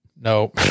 no